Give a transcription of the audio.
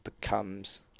becomes